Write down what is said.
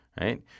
right